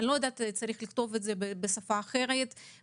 אולי צריך לכתוב את זה בשפה אחרת,